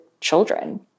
children